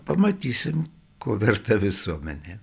pamatysim ko verta visuomenė